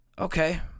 okay